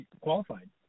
qualified